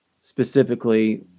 specifically